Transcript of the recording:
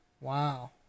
Wow